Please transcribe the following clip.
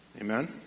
Amen